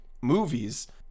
movies